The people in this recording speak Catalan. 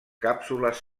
càpsules